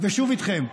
ושוב איתכם.